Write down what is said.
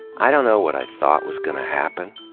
i don't know what i thought was gonna happen.